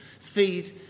feed